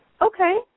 Okay